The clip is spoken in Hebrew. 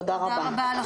תודה רבה.